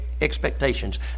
expectations